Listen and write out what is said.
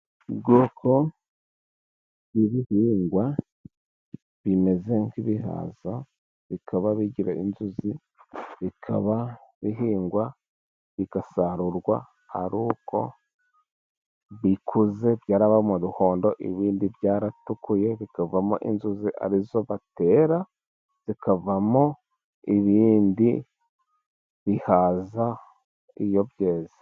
Ubwoko bw'ibihingwa bimeze nk'ibihaza bikaba bigira inzuzi, bikaba bihingwa bigasarurwa ari uko bikuze byarabaye umuhondo, ibindi byaratukuye bikavamo inzuzi ari zo batera, zikavamo ibindi bihaza iyo byeze.